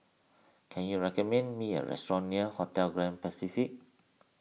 can you recommend me a restaurant near Hotel Grand Pacific